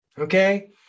Okay